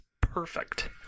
perfect